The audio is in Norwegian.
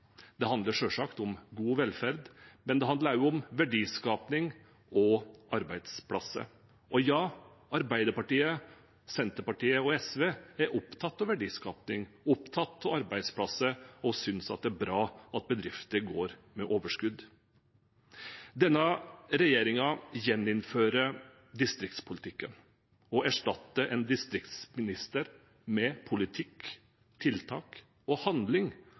Det handler selvsagt om god velferd, men det handler også om verdiskaping og arbeidsplasser. Og ja, Arbeiderpartiet, Senterpartiet og SV er opptatt av verdiskaping og arbeidsplasser og synes det er bra at bedrifter går med overskudd. Denne regjeringen gjeninnfører distriktspolitikken og erstatter en distriktsminister med politikk, tiltak og handling